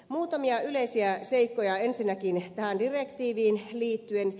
muutamia yleisiä seikkoja ensinnäkin tähän direktiiviin liittyen